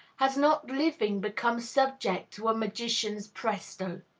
has not living become subject to a magician's presto?